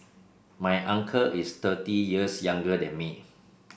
my uncle is thirty years younger than me